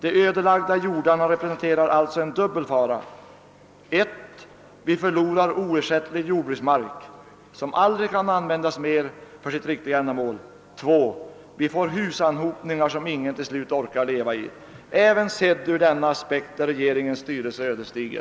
Den ödelagda jordbruksmarken representerar alltså en dubbel fara: 1. Vi förlorar oersättlig jordbruksmark, som aldrig mer kan användas för sitt rätta ändamål. 2. Vi får husanhopningar som ingen till slut orkar leva i. Också sett ur denna aspekt är regeringens politik ödesdiger.